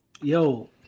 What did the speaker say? yo